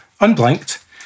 unblanked